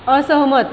असहम